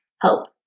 help